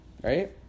Right